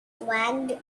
wagged